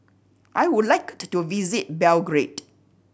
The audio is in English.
I would like to visit Belgrade